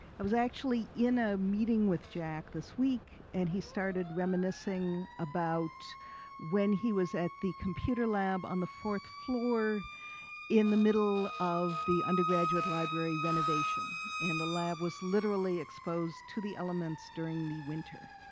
i was actually in a meeting with jack this week and he started reminiscing about when he was at the computer lab on the fourth floor in the middle of the undergraduate library renovation, and the lab was literally exposed to the elements during the winter.